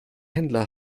händler